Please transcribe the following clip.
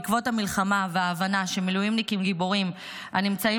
בעקבות המלחמה וההבנה שמילואימניקים גיבורים הנמצאים